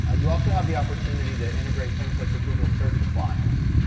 ah you also have the opportunity to integrate things like the google search appliance.